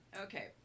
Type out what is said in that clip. Okay